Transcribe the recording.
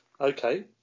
okay